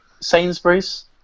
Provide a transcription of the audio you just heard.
Sainsbury's